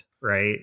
right